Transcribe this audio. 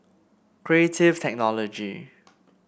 Creative Technology